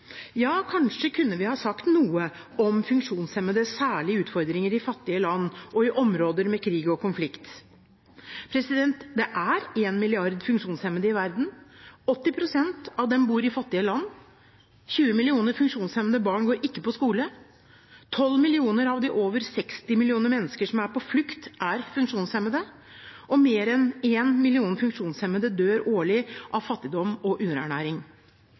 Ja, kanskje kunne vi ha sagt noe om funksjonshemmedes særlige utfordringer i fattige land, og i områder med krig og konflikt. Det er en milliard funksjonshemmede i verden, og 80 pst. av dem bor i fattige land. 20 millioner funksjonshemmede barn går ikke på skole, 12 millioner av de over 60 millioner mennesker som er på flukt, er funksjonshemmede, og mer enn en million funksjonshemmede dør årlig av fattigdom og underernæring.